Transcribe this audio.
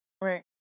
Right